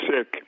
sick